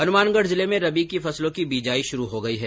हनुमानगढ़ जिले में रबी फसलों की बिजाई शुरू हो गई है